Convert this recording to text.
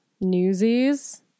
Newsies